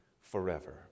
forever